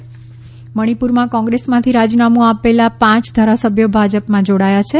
મણિપુર ભાજપ મણિપુરમાં કોંગ્રેસમાંથી રાજીનામું આપેલા પાંચ ધારાસભ્યો ભાજપમાં જોડાયા છે